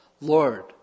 Lord